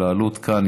העלות כאן,